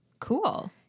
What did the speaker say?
cool